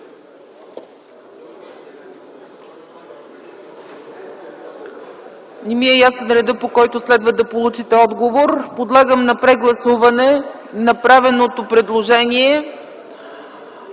Не ми е ясен редът, по който следва да получите отговор. (Шум и реплики.) Подлагам на прегласуване направеното предложение